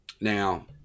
Now